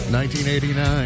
1989